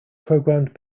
programmed